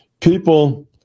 people